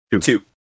Two